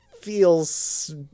feels